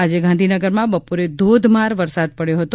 આજે ગાંધીનગરમાં બપોરે ધોધમાર વરસાદ પડ્યો હતો